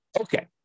Okay